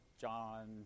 John